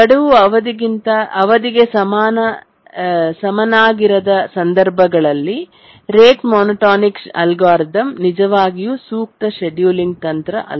ಗಡುವು ಅವಧಿಗೆ ಸಮನಾಗಿರದ ಸಂದರ್ಭಗಳಲ್ಲಿ ರೇಟ್ ಮೋನೋಟೋನಿಕ್ ಅಲ್ಗಾರಿದಮ್ ನಿಜವಾಗಿಯೂ ಸೂಕ್ತ ಶೆಡ್ಯೂಲಿಂಗ್ ತಂತ್ರ ಅಲ್ಲ